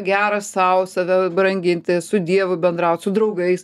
geras sau save branginti su dievu bendraut su draugais